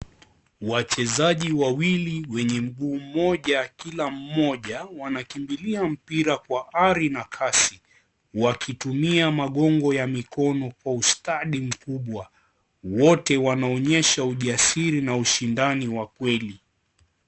Wachezaji wawili wenye mguu moja kila mmoja wanakimbilia mpira kwa hari na kasi wakitumia magongo ya mikono kwa ustadi mkubwa wote wanaonyesha ujasiri na ushindani wa kweli.